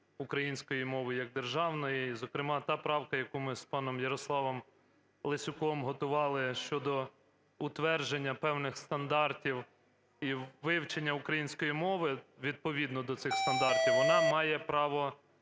української мови як державної. І зокрема та правка, яку ми з паном Ярославом Лесюком готували, щодо утвердження певних стандартів і вивчення української мови відповідно до цих стандартів, вона має право